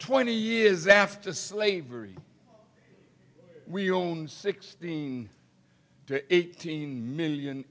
twenty years after slavery we own sixteen to eighteen million